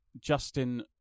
Justin